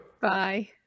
Bye